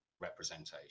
representation